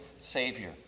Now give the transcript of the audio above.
Savior